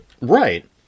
Right